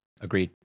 Agreed